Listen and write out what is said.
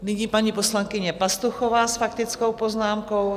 Nyní paní poslankyně Pastuchová s faktickou poznámkou.